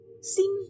seem